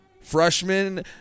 Freshman